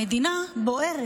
המדינה בוערת,